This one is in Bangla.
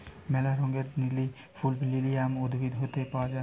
ম্যালা রঙের লিলি ফুল লিলিয়াম উদ্ভিদ হইত পাওয়া যায়